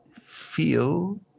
feel